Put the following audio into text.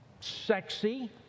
sexy